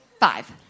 Five